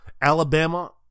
Alabama